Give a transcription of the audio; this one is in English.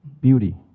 beauty